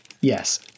Yes